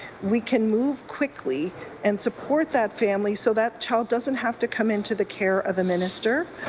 we can move quickly and support that family so that child doesn't have to come into the care of a minister.